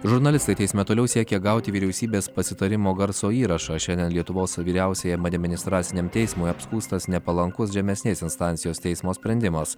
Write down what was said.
žurnalistai teisme toliau siekia gauti vyriausybės pasitarimo garso įrašą šiandien lietuvos vyriausiajam administraciniam teismui apskųstas nepalankus žemesnės instancijos teismo sprendimas